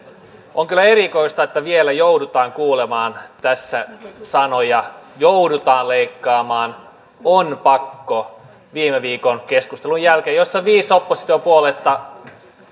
on kyllä erikoista että vielä joudutaan kuulemaan tässä sanoja joudutaan leikkaamaan on pakko viime viikon keskustelun jälkeen jossa viisi oppositiopuoluetta